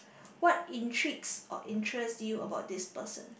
what intrigues or interests you about this person